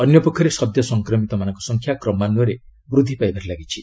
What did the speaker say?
ଅନ୍ୟ ପକ୍ଷରେ ସଦ୍ୟସଂକ୍ରମିତଙ୍କ ସଂଖ୍ୟା କ୍ରମାନ୍ୱୟରେ ବୃଦ୍ଧି ପାଇବାରେ ଲାଗିଛି